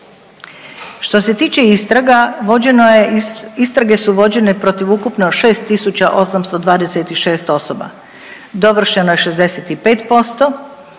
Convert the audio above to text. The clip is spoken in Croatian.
Što se tiče istraga vođeno je, istrage su vođene protiv ukupno 6826 osoba. Dovršeno je 65%,